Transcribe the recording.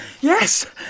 Yes